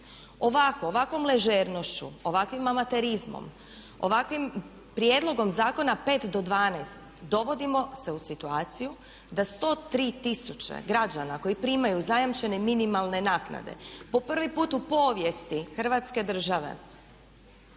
Ovako, ovakvom ležernošću, ovakvim amaterizmom, ovakvim prijedlogom zakona 5 do 12 dovodimo se u situaciju da 103 tisuće građana koji primaju zajamčene minimalne naknade po prvi put u povijesti Hrvatske države